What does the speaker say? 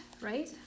right